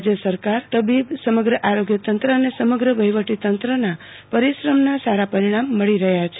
રાજય સરકાર તબીબી સમગ્ર આરોગ્ય તંત્ર અને સમગ્ર વહીવટી તંત્રના પરિશ્રમના સારા પરિણામો મળો રહયા છે